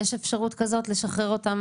יש אפשרות כזו לשחרר אותם,